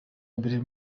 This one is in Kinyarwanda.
mbere